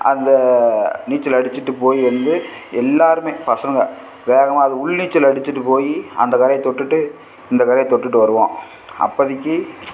அந்த நீச்சல் அடிச்சுட்டு போய் வந்து எல்லோருமே பசங்க வேகமாக அது உள் நீச்சல் அடிச்சுட்டு போய் அந்த கரையை தொட்டுட்டு இந்த கரையை தொட்டுட்டு வருவோம் அப்போதிக்கி